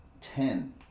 Ten